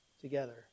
together